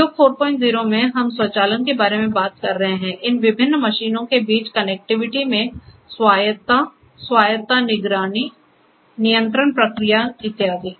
उद्योग 40 में हम स्वचालन के बारे में बात कर रहे हैं इन विभिन्न मशीनों के बीच कनेक्टिविटी में स्वायत्तता स्वायत्त निगरानी नियंत्रण प्रतिक्रिया इत्यादि